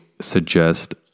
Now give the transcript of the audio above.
suggest